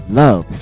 love